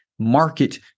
Market